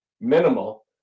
minimal